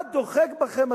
מה דוחק בכם,